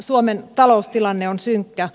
suomen taloustilanne on synkkä